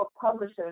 publishers